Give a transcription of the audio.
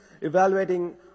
evaluating